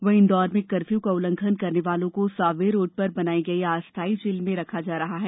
वहीं इन्दौर में कफ्यू का उल्लंघन करने वालों को सांवेर रोड़ पर बनाई गई अस्थायी जेल में रखा जा रहा है